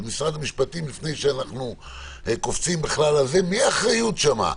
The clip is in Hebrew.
משרד המשפטים, מי אחראי שם?